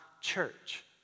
church